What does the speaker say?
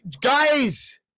Guys